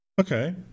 Okay